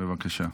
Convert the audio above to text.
בבקשה.